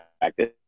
practice